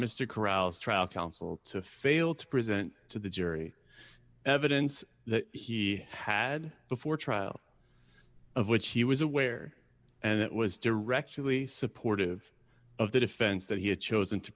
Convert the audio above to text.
mr corrals trial counsel to fail to present to the jury evidence that he had before trial of which he was aware and that was directly supportive of the defense that he had chosen to